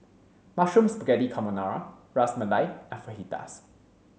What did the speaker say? Mushroom Spaghetti Carbonara Ras Malai and Fajitas